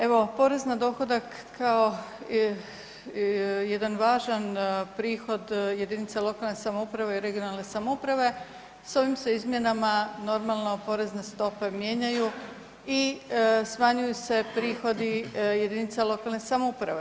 Evo, porez na dohodak kao jedan važan prihod jedinice lokalne samouprave i regionalne samouprave s ovim se izmjenama, normalno, porezne stope mijenjaju i smanjuju se prihodi jedinica lokalne samouprave.